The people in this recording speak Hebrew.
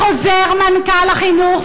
שחוזר מנכ"ל משרד החינוך,